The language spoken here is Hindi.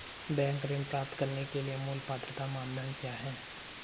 बैंक ऋण प्राप्त करने के लिए मूल पात्रता मानदंड क्या हैं?